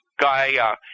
guy